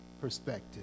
perspective